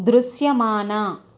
దృశ్యమాన